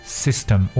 system